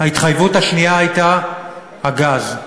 ההתחייבות השנייה הייתה הגז,